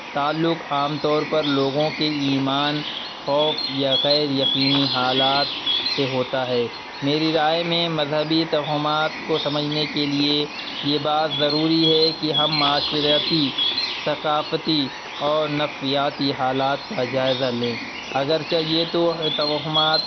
تعلق عام طور پر لوگوں کے ایمان خوف یا غیریقینی حالات سے ہوتا ہے میری رائے میں مذہبی توہمات کو سمجھنے کے لیے یہ بات ضروری ہے کہ ہم معاشرتی ثقافتی اور نفسیاتی حالات کا جائزہ لیں اگر چہ یہ تو توہمات